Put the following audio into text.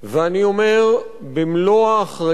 ואני אומר במלוא האחריות,